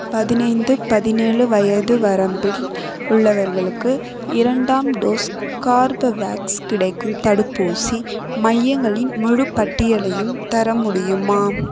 பதினைந்து பதினேழு வயது வரம்பில் உள்ளவர்களுக்கு இரண்டாம் டோஸ் கார்பவேக்ஸ் கிடைக்கும் தடுப்பூசி மையங்களின் முழுப் பட்டியலையும் தர முடியுமா